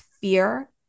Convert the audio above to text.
fear